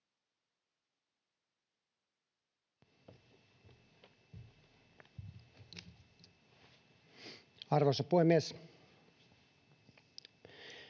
Arvoisa puhemies!